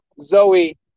Zoe